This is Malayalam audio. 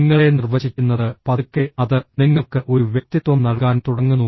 നിങ്ങളെ നിർവചിക്കുന്നത് പതുക്കെ അത് നിങ്ങൾക്ക് ഒരു വ്യക്തിത്വം നൽകാൻ തുടങ്ങുന്നു